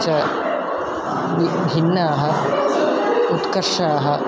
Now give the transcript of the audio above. च बि भिन्नाः उत्कर्षाः